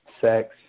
sex